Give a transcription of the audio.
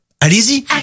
allez-y